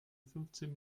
fünfzehn